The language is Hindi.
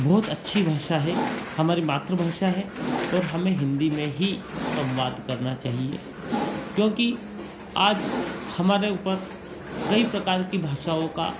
बहुत अच्छी भाषा है हमारी मातृभाषा है और हमें हिंदी में ही संवाद करना चाहिए क्योंकि आज हमारे ऊपर कई प्रकार की भाषाओं का